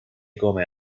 come